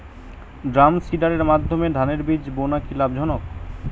ড্রামসিডারের মাধ্যমে ধানের বীজ বোনা কি লাভজনক?